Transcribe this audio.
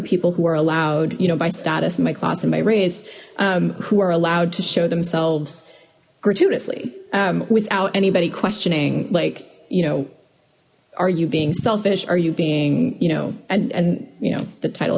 people who are allowed you know by status in my class in my race who are allowed to show themselves gratuitously without anybody questioning like you know are you being selfish are you being you know and and you know the title